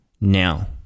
now